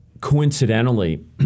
coincidentally